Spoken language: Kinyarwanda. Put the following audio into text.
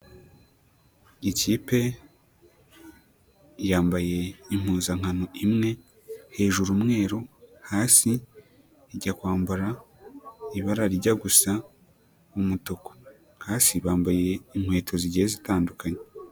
Ikipe yambaye impuzankano imwe hejuru umweru, hasi ijya kwambara ibarajya gusa umutuku, hasi bambaye inkweto zigiye zitandukanye.